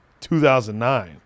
2009